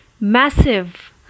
Massive